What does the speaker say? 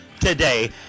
today